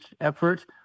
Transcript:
effort